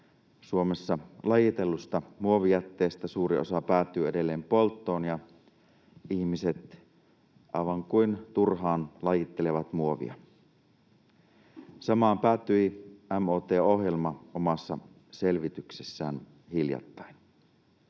Suomessa lajitellusta muovijätteestä suuri osa päätyy edelleen polttoon ja ihmiset aivan kuin turhaan lajittelevat muovia. Samaan päätyi MOT-ohjelma omassa selvityksessään hiljattain.